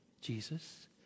Jesus